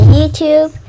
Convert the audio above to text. YouTube